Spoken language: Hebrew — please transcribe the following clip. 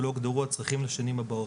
ולא הוגדרו הצרכים לשנים הבאות.